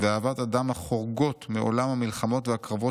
ואהבת אדם החורגות מעולם המלחמות והקרבות